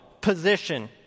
position